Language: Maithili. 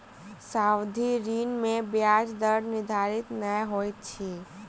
सावधि ऋण में ब्याज दर निर्धारित नै होइत अछि